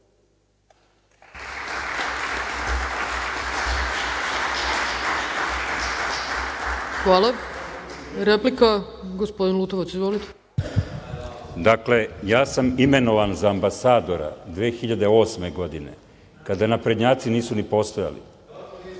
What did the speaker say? Hvala. Replika, gospodin Lutovac. Izvolite. **Zoran Lutovac** Dakle, ja sam imenovan za ambasadora 2008. godine kada naprednjaci nisu ni postojali.